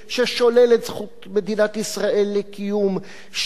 ששולל את זכות מדינת ישראל לקיום כמדינת העם היהודי,